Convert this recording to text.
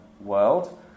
world